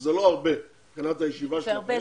שזה לא הרבה מבחינת הישיבה --- זה הרבה,